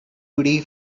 today